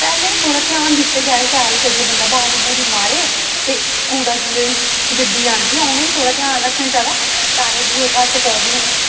पैह्लें गै थोह्ड़ा ध्यान दित्ते जा शैल करियै बंदा ब्हारी बूरी मारे ते कूड़ा जेल्लै गड्डी आंदी ऐ ते उ'नें बी थोह्ड़ा ध्यान रक्खना चाहिदा पैहे पूहे घट्ट करन